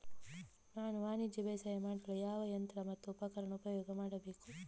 ನಾನು ವಾಣಿಜ್ಯ ಬೇಸಾಯ ಮಾಡಲು ಯಾವ ಯಂತ್ರ ಮತ್ತು ಉಪಕರಣ ಉಪಯೋಗ ಮಾಡಬೇಕು?